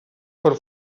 per